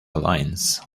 lines